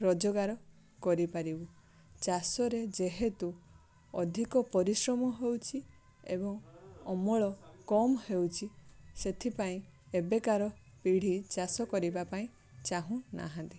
ରୋଜଗାର କରିପାରିବୁ ଚାଷରେ ଯେହେତୁ ଅଧିକ ପରିଶ୍ରମ ହଉଛି ଏବଂ ଅମଳ କମ ହେଉଛି ସେଥିପାଇଁ ଏବେକାର ପିଢ଼ି ଚାଷ କରିବା ପାଇଁ ଚାହୁଁ ନାହାଁନ୍ତି